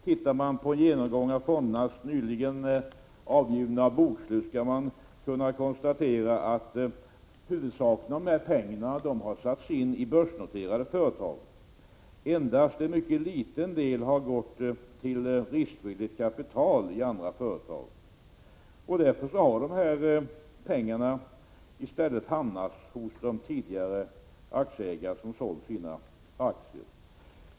Tittar man på de av fonderna nyligen gjorda boksluten kan man konstatera att pengarna huvudsakligen satts in i börsnoterade företag. Endast en mycket liten del har gått till nytt riskvilligt kapital i andra företag. Därför har pengarna i stället hamnat hos de tidigare aktieägare som har sålt sina aktier.